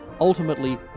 ultimately